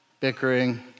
bickering